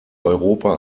europa